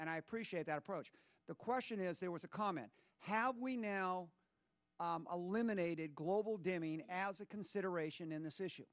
appreciate that approach the question is there was a comment how we now a limited global dimming as a consideration in this issue